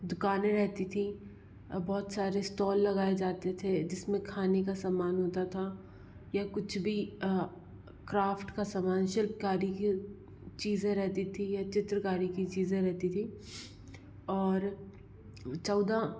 दुकानें रहती थीं बहुत सारे स्टॉल लगाए जाते थे जिसमें खाने का सामान होता था या कुछ भी क्राफ़्ट का समान शिल्पकारी के चीज़ें रहती थी या चित्रकारी की चीज़ें रहती थी और चौदह